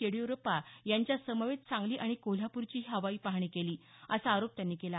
येडीयुरप्पा यांच्यासमवेत सांगली आणि कोल्हापूरचीही हवाई पाहणी केली असा आरोप त्यांनी केला